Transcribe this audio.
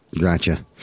Gotcha